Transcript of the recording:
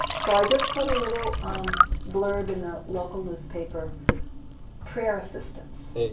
so i just put a little um blurb in the local newspaper prayer assistance,